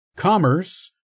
Commerce